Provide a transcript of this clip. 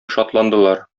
шатландылар